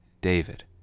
David